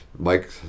Mike